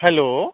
hello